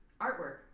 artwork